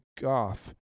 Golf